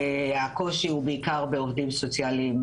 הקושי הוא בעיקר בעובדים סוציאליים,